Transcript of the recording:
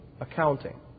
accounting